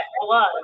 blood